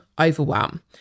overwhelm